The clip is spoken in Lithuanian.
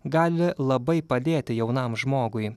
gali labai padėti jaunam žmogui